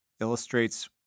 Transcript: illustrates